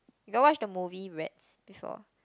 you got watch the movie Rats before